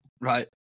right